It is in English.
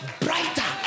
brighter